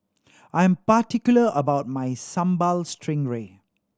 I am particular about my Sambal Stingray